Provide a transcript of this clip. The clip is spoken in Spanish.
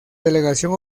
delegación